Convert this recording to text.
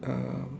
um